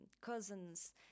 cousins